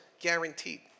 guaranteed